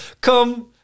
come